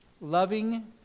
Loving